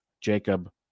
Jacob